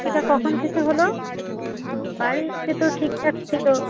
এটা কখন থেকে হল বাড়িতে তো ঠিকঠাক ছিলো